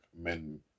men